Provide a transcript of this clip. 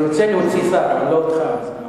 אני רוצה להוציא שר, אבל לא אותך.